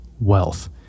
wealth